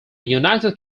united